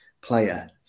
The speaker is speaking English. player